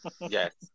Yes